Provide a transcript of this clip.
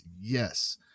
Yes